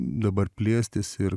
dabar plėstis ir